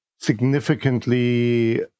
significantly